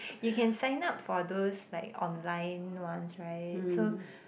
you can sign up for those like online ones right so